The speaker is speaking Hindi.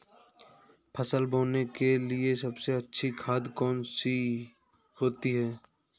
फसल बोने के लिए सबसे अच्छी खाद कौन सी होती है?